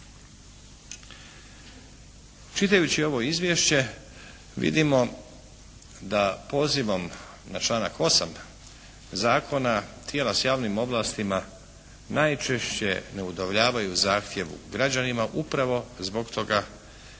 Čitajući ovo izvješće vidimo da pozivom na članak 8. Zakona tijela s javnim ovlastima najčešće ne udovoljavaju zahtjevu građanima upravo zbog toga